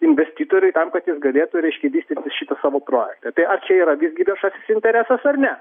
investitoriui tam kad jis galėtų vystyti šitą savo pro apie čia yra visgi viešasis interesas ar ne